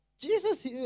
Jesus